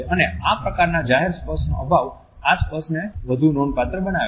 અને આ પ્રકારના જાહેર સ્પર્શનો અભાવ આ સ્પર્શને વધુ નોંધપાત્ર બનાવે છે